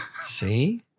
See